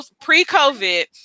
pre-COVID